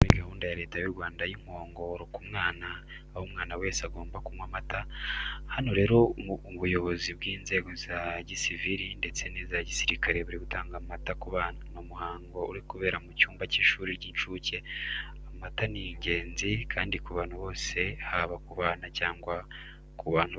Muri gahunda ya Leta y'u Rwanda y'inkongoro ku mwana, aho umwana wese agomba kunywa amata. Hano rero ubuyobozi bw'inzego za gisivili ndetse n'iza gisirikare buri gutanga amata ku bana. Ni umuhango uri kubera mu cyumba cy'ishuri ry'incuke. Amata ni ingenzi kandi ku bantu bose haba ku bana cyangwa ku bantu bakuru.